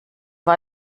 war